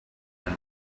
and